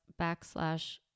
backslash